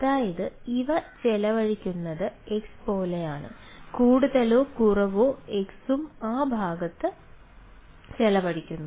അതിനാൽ ഇവ ചെലവഴിക്കുന്നത് x പോലെയാണ് കൂടുതലോ കുറവോ x ഉം ആ ഭാഗത്ത് ചെലവഴിക്കുന്നു